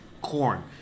corn